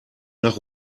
nach